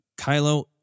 Kylo